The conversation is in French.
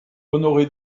honoré